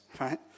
right